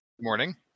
morning